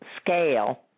scale